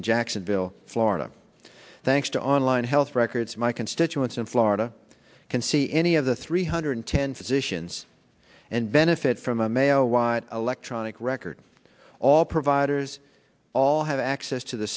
in jacksonville florida thanks to online health records my constituents in florida can see any of the three hundred ten physicians and benefit from a mail wide electronic record all providers all have access to the